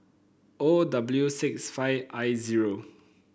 O W six five I zero